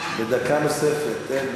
בדקה נוספת, כן?